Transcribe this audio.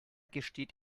gesteht